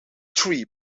tree